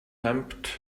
into